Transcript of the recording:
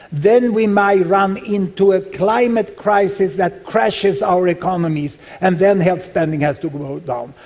then we might run into a climate crisis that crashes our economies, and then health spending has to go down.